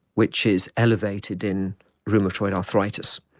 which is elevated in rheumatoid arthritis.